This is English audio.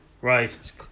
right